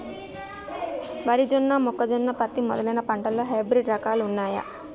వరి జొన్న మొక్కజొన్న పత్తి మొదలైన పంటలలో హైబ్రిడ్ రకాలు ఉన్నయా?